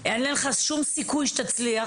אין לך שום סיכוי להצליח".